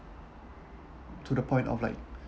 to the point of like